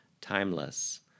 timeless